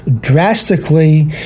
drastically